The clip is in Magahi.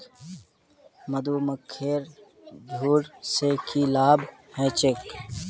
मधुमक्खीर झुंड स की लाभ ह छेक